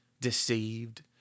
deceived